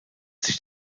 sich